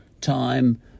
time